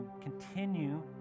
continue